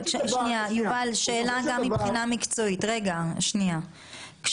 שאלה מבחינה מקצועית, אני מבינה